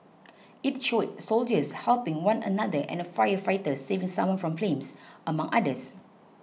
it showed soldiers helping one another and a firefighter saving someone from flames among others